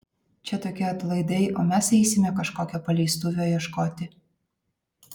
čia tokie atlaidai o mes eisime kažkokio paleistuvio ieškoti